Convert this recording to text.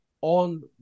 on